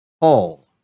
Paul